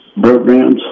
programs